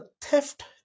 theft